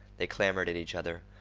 they clamored at each other,